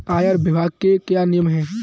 आयकर विभाग के क्या नियम हैं?